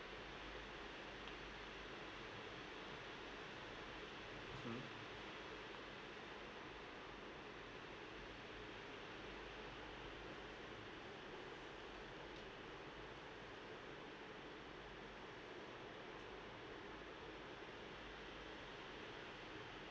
mm